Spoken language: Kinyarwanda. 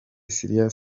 syria